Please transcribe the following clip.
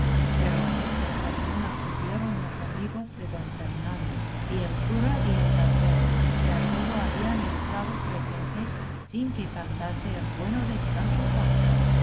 pero a esta sazón acudieron los amigos de don fernando y el cura y el barbero que a todo habían estado presentes sin que faltase el bueno de sancho panza